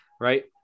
right